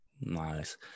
Nice